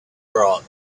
brought